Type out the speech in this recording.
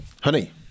Honey